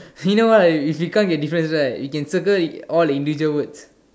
you know why if we can't get the difference right we can circle all the individual words